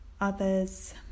others